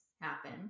happen